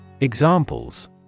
Examples